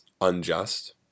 unjust